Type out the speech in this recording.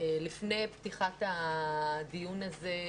לפני פתיחת הדיון הזה,